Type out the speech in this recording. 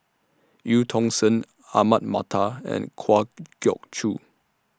EU Tong Sen Ahmad Mattar and Kwa Geok Choo